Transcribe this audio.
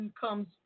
comes